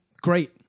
great